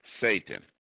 Satan